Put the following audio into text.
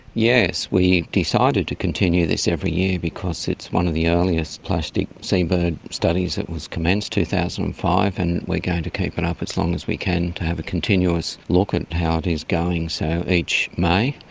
yes, we decided to continue this every year because it's one of the earliest plastic seabird studies that was commenced, two thousand and five, and we are going to keep it up as long as we can to have a continuous look at how it is going. so each may,